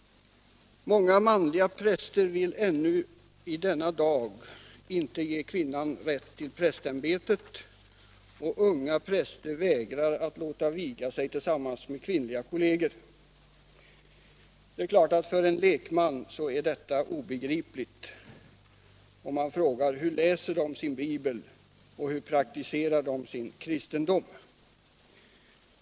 Många manliga präster vill ännu i denna dag inte ge kvinnan rätt till prästämbetet, och unga präster vägrar att låta viga sig tillsammans med kvinnliga kolleger. För en lekman är detta obegripligt. Man frågar sig hur dessa präster läser sin bibel och hur de praktiserar sin kristendom.